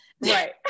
right